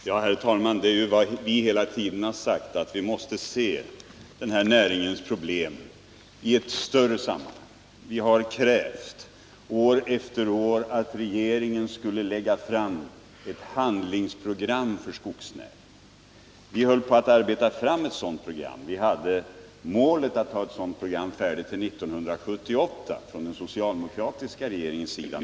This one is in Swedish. Nr 149 Herr talman! Det är ju vad vi hela tiden har sagt: Vi måste se den här Onsdagen den näringens problem i ett större sammanhang. Vi har år efter år krävt att 21 maj 1980 regeringen skulle lägga fram ett handlingsprogram för skogsnäringen. erfor E nero Vi höll på att arbeta fram ett sådant program och hade från den Förbud mot spridsocialdemokratiska regeringens sida målet att ha ett sådant program färdigt — ning av bekämptill 1978.